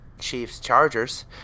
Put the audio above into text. Chiefs-Chargers